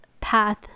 path